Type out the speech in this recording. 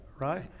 right